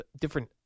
different